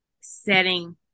setting